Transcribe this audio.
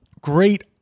great